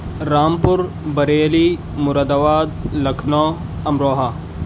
Rampur Bareilly Moradabad Lucknow Amroha